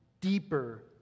deeper